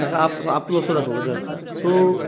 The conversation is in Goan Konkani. ताका आप आपलोसो दाखोवपाचो आसता सो